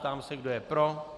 Ptám se, kdo je pro.